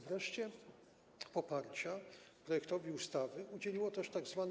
Wreszcie poparcia projektowi ustawy udzieliło tzw.